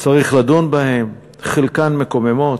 צריך לדון בהן, חלקן מקוממות.